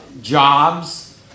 Jobs